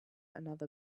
another